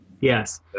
Yes